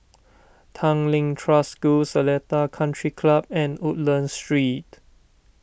Tanglin Trust School Seletar Country Club and Woodlands Street